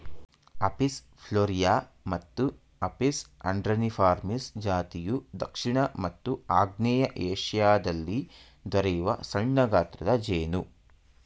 Apis florea ಮತ್ತು Apis andreniformis ಜಾತಿಯು ದಕ್ಷಿಣ ಮತ್ತು ಆಗ್ನೇಯ ಏಶಿಯಾದಲ್ಲಿ ದೊರೆಯುವ ಸಣ್ಣಗಾತ್ರದ ಜೇನು